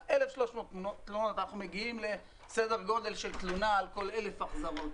1,300 תלונות אנחנו מגיעים לסדר גודל של תלונה על כל אלף החזרות.